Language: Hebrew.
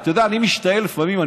אני משתאה לפעמים.